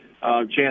chance